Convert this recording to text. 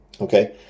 Okay